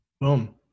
Boom